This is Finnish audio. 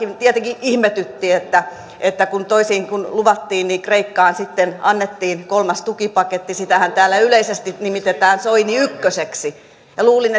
siinä vaiheessakin tietenkin ihmetytti kun toisin kuin luvattiin kreikkaan sitten annettiin kolmas tukipaketti sitähän täällä yleisesti nimitetään soini ykköseksi luulin